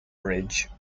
bridge